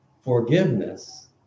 forgiveness